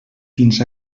fins